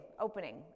opening